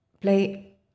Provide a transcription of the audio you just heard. play